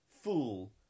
fool